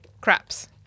craps